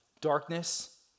darkness